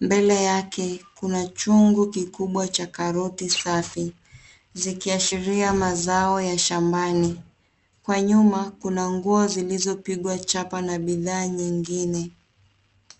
Mbele yake kuna chungu kikubwa cha karoti safi, zikiashiria mazao ya shambani. Kwa nyuma kuna nguo zilizopigwa chapa na bidhaa nyingine.